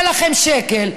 זה לא עולה לכם שקל.